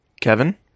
Kevin